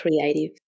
creative